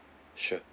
sure